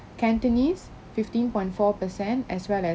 cantonese fifteen point four per cent as well as